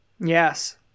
Yes